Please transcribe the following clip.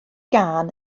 gân